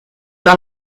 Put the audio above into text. dans